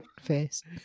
face